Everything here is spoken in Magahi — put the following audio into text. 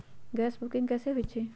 गैस के बुकिंग कैसे होईछई?